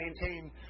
maintain